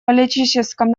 политическом